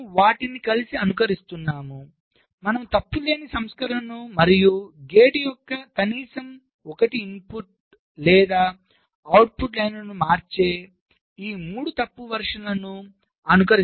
మనము వాటిని కలిసి అనుకరిస్తున్నాము మనము తప్పు లేని సంస్కరణను మరియు గేట్ యొక్క కనీసం 1 ఇన్పుట్ లేదా అవుట్పుట్ పంక్తులను మార్చే ఈ 3 తప్పు వెర్షన్లను అనుకరిస్తున్నాము